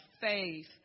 faith